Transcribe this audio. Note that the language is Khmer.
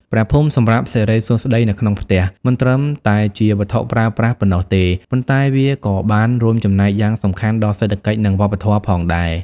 ព្រះភូមិសម្រាប់សិរីសួស្តីនៅក្នុងផ្ទះ មិនត្រឹមតែជាវត្ថុប្រើប្រាស់ប៉ុណ្ណោះទេ ប៉ុន្តែវាក៏បានរួមចំណែកយ៉ាងសំខាន់ដល់សេដ្ឋកិច្ច និងវប្បធម៌ផងដែរ។